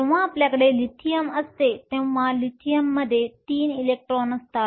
जेव्हा आपल्याकडे लिथियम असते तेव्हा लिथियममध्ये 3 इलेक्ट्रॉन असतात